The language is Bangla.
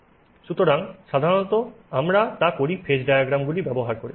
সুতরাং সাধারণত আমরা তা করি ফেজ ডায়াগ্রামগুলি ব্যবহার করে